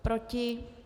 Proti?